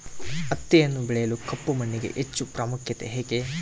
ಹತ್ತಿಯನ್ನು ಬೆಳೆಯಲು ಕಪ್ಪು ಮಣ್ಣಿಗೆ ಹೆಚ್ಚು ಪ್ರಾಮುಖ್ಯತೆ ಏಕೆ?